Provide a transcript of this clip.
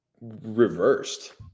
reversed